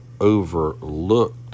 overlooked